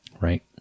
right